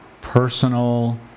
personal